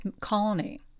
colony